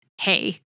hey